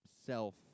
self